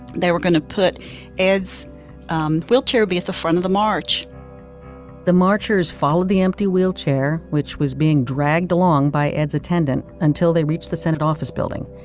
they were going to put ed's um wheelchair at the front of the march the marchers followed the empty wheelchair which was being dragged along by ed's attendant until they reached the senate office building.